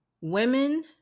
Women